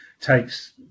takes